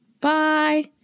Bye